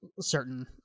certain